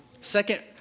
Second